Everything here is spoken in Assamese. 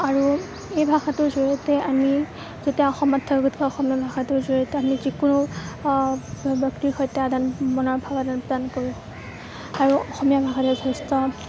আৰু এই ভাষাটোৰ জৰিয়তে আমি অসমত থাকোঁতে অসমীয়া ভাষাটোৰ জৰিয়তে আমি যিকোনো ব্য়ক্তিৰ সৈতে মনৰ ভাৱ আদান প্ৰদান কৰোঁ আৰু অসমীয়া ভাষা যথেষ্ট